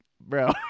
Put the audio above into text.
bro